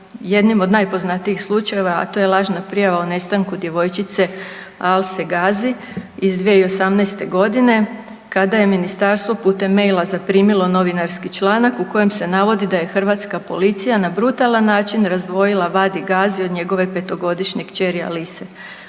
jednim od najpoznatijih slučajeva, a to je lažna prijava o nestanku djevojčice Alse Gazi iz 2018. godine kada je ministarstvo putem maila zaprimilo novinarski članak u kojem se navodi da je hrvatska policija na brutalan način razdvojila Vadi Gazi od njegove 5-to godišnje kćeri Alise,